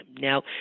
now